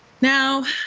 Now